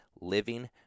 living